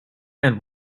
and